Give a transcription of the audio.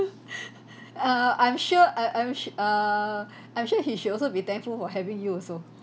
err I'm sure uh I'm su~ err I'm sure he should also be thankful for having you also